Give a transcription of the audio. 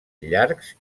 llargs